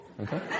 Okay